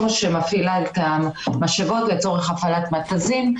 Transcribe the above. שמפעיל את המשאבות לצורך הפעלת מתזים.